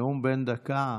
נאום בן דקה,